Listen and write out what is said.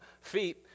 feet